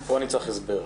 פה אני צריך הסבר.